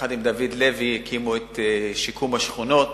יחד עם דוד לוי הקימו את שיקום השכונות.